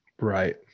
Right